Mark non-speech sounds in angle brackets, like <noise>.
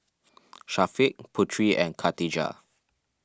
<noise> Syafiq Putri and Katijah